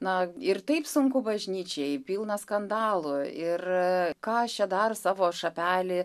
na ir taip sunku bažnyčiai pilna skandalų ir ką aš čia dar savo šapelį